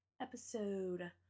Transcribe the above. episode